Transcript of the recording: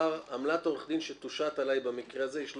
עמלת עורך דין שתושת עלי במקרה הזה היא 13.80?